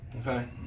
Okay